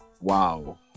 wow